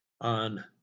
on